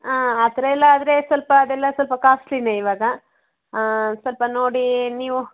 ಹಾಂ ಆ ಥರ ಎಲ್ಲ ಆದರೆ ಸ್ವಲ್ಪ ಅದೆಲ್ಲ ಸ್ವಲ್ಪ ಕಾಸ್ಟ್ಲಿಯೇ ಇವಾಗ ಸ್ವಲ್ಪ ನೋಡಿ ನೀವು